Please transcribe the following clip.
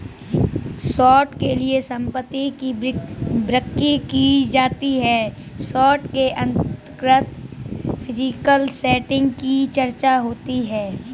short के लिए संपत्ति की बिक्री की जाती है शॉर्ट के अंतर्गत फिजिकल सेटिंग की चर्चा होती है